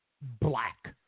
black